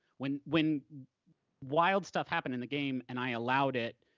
when when wild stuff happened in the game, and i allowed it,